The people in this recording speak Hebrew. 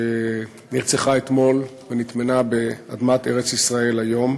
שנרצחה אתמול ונטמנה באדמת ארץ-ישראל היום,